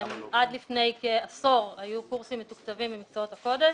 עד לפני כעשור היו קורסים מתוקצבים במקצועות הקודש.